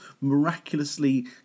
miraculously